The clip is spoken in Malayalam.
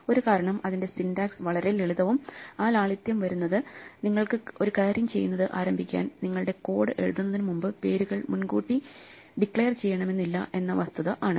ഒരു കാരണം അതിന്റെ സിന്റാക്സ് വളരെ ലളിതവും ആ ലാളിത്യം വരുന്നത് നിങ്ങൾക്ക് ഒരു കാര്യം ചെയ്യുന്നത് ആരംഭിക്കാൻ നിങ്ങളുടെ കോഡ് എഴുതുന്നതിനു മുമ്പ് പേരുകൾ മുൻകൂട്ടി ഡിക്ലയർ ചെയ്യണമെന്നില്ല എന്ന വസ്തുത ആണ്